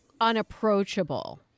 unapproachable